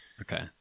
okay